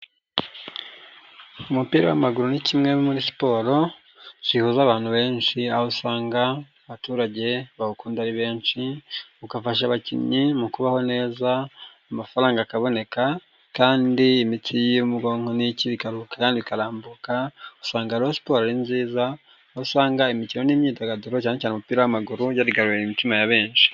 Umupira w'amaguru ni kimwe muri siporo zihuza abantu benshi, aho usanga abaturage bawukunda ari benshi, ugafasha abakinnyi mu kubaho neza, amafaranga akaboneka kandi imitsi yo mu bwonko n'iki bikaruhuka kandi bikarambuka, usanga Rayon sports ari nziza, aho usanga imikino n'imyidagaduro cyane cyane umupira w'amaguru yarigaruriye imitima ya benshi.